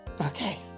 Okay